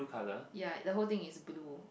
ya the whole thing is blue